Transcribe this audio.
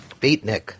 Beatnik